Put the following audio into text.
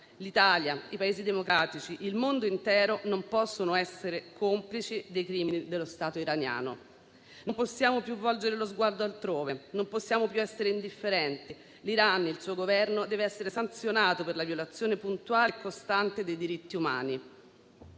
L'Italia, i Paesi democratici, il mondo intero non possono essere complici dei crimini dello Stato iraniano. Non possiamo più volgere lo sguardo altrove; non possiamo più essere indifferenti. Il Governo iraniano dev'essere sanzionato per la violazione puntuale e costante dei diritti umani.